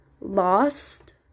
lost